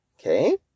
Okay